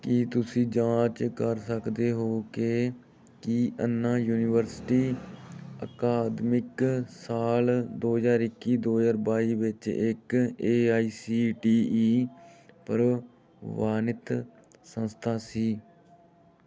ਕੀ ਤੁਸੀਂ ਜਾਂਚ ਕਰ ਸਕਦੇ ਹੋ ਕਿ ਕੀ ਅੰਨਾ ਯੂਨੀਵਰਸਿਟੀ ਅਕਾਦਮਿਕ ਸਾਲ ਦੋ ਹਜ਼ਾਰ ਇੱਕੀ ਦੋ ਹਜ਼ਾਰ ਬਾਈ ਵਿੱਚ ਇੱਕ A I C T E ਪ੍ਰਵਾਨਿਤ ਸੰਸਥਾ ਸੀ